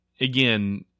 again